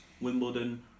Wimbledon